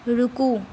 रुकू